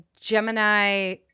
Gemini